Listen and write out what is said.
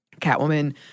Catwoman